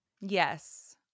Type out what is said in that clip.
Yes